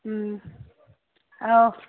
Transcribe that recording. ꯎꯝ ꯑꯥꯎ